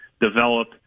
develop